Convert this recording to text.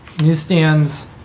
Newsstands